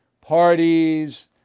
parties